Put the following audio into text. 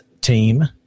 team